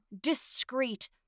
discreet